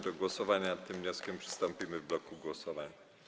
Do głosowania nad tym wnioskiem przystąpimy w bloku głosowań.